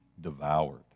devoured